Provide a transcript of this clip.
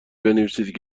بنویسید